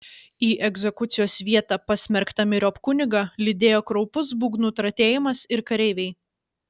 į egzekucijos vietą pasmerktą myriop kunigą lydėjo kraupus būgnų tratėjimas ir kareiviai